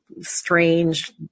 strange